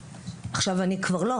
עכשיו אני כבר לא,